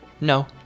No